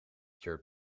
your